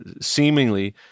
seemingly